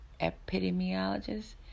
epidemiologist